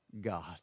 God